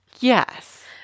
Yes